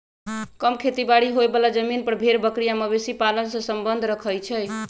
कम खेती बारी होय बला जमिन पर भेड़ बकरी आ मवेशी पालन से सम्बन्ध रखई छइ